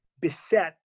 beset